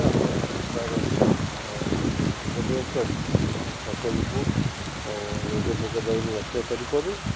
ଆମେ ତା'ର ଉପଯୋଗ କରିକି ଆମେ ଫସଲକୁ ରୋଗ ପୋକ ଦାଉରୁ ରକ୍ଷା କରିପାରୁ